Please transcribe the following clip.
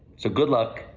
so good luck.